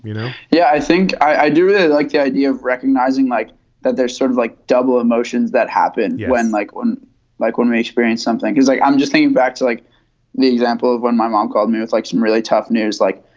know? yeah, i think i do. i like the idea of recognizing like that there's sort of like double emotions that happen when like one like one race variance. something is like i'm just thinking back to like the example of when my mom called me. it's like some really tough news. like,